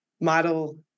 model